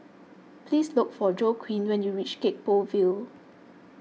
please look for Joaquin when you reach Gek Poh Ville